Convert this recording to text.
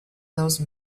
those